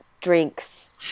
drinks